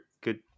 good